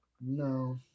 No